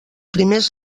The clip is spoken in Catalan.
primers